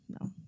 No